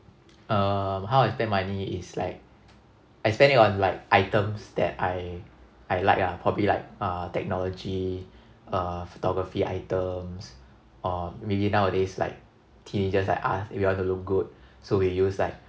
um how I spend money is like I spend it on like items that I I like ah probably like uh technology uh photography items or maybe nowadays like teenagers like us we want to look good so we use like